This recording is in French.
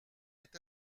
est